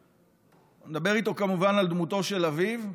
הוא מדבר איתו כמובן על דמותו של אביו,